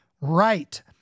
right